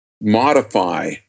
modify